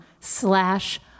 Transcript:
slash